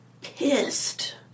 pissed